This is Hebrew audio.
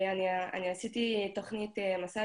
אני עשיתי תוכנית 'מסע'